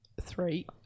Three